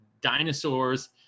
dinosaurs